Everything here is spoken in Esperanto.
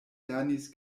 lernis